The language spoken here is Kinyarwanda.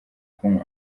kunywa